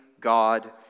God